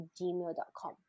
gmail.com